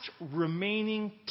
remaining